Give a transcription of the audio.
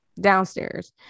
downstairs